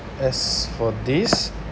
as for this